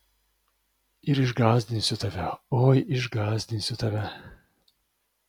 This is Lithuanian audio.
ir išgąsdinsiu tave oi išgąsdinsiu tave